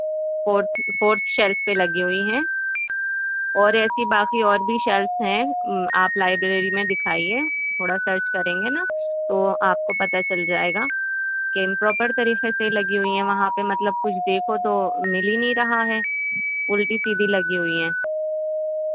fourth fourth shelf پہ لگی ہوئی ہیں اور ایسی باقی اور بھی شیلفس ہیں آپ لائبریری میں دکھائیے تھوڑا سرچ کریں گے نا تو آپ کو پتہ چل جائے گا کہ امپراپر طریقے سے لگی ہوئی ہیں وہاں پہ مطلب کچھ دیکھو تو مل ہی نہیں رہا ہے الٹی سیدھی لگی ہوئی ہیں